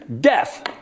Death